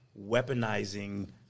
weaponizing